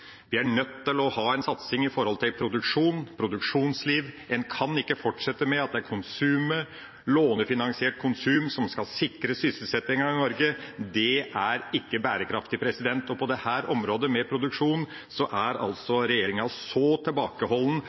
Vi er nødt til å ha en satsing på produksjon og produksjonsliv. En kan ikke fortsette med at det er konsumet – lånefinansiert konsum – som skal sikre sysselsettinga i Norge. Det er ikke bærekraftig. På dette området, når det gjelder produksjon, er regjeringa så tilbakeholden at det nærmest er